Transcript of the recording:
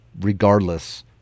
regardless